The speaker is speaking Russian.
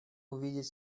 увидеть